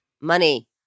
money